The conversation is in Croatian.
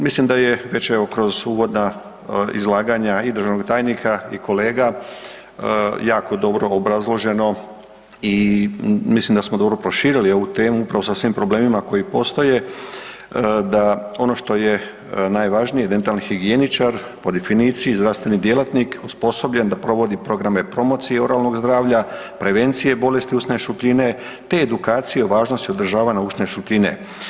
Mislim da je evo već kroz uvodna izlaganja i državnog tajnika i kolega jako dobro obrazloženo i mislim da smo dobro proširili ovu temu upravo sa svim problemima koji postoje da ono što je najvažnije dentalni higijeničar po definiciji zdravstveni djelatnik osposobljen da provodi programe promocije oralnog zdravlja, prevencije bolesti usne šupljine te edukacije važnosti održavanja usne šupljine.